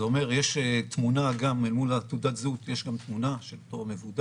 זה אומר שאל מול תעודת הזהות יש גם תמונה של המבודד.